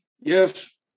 Yes